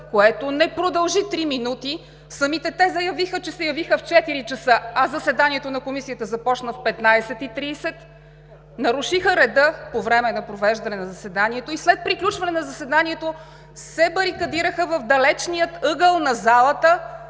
което не продължи три минути! Самите те заявиха, че се явиха в 16,00 ч., а заседанието на Комисията започна в 15,30 ч., нарушиха реда по време на провеждане на заседанието и след приключване на заседанието се барикадираха в далечния ъгъл на залата,